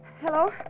Hello